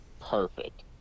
perfect